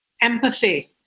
Empathy